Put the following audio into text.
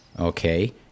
Okay